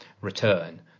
return